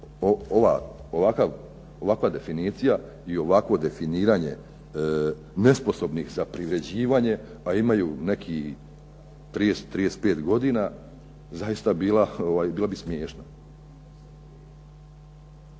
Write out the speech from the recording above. bi ovakva definicija i ovakvo definiranje nesposobnih za privređivanje, a imaju nekih 30, 35 godina zaista bi bila smiješna.